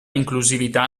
inclusività